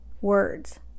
words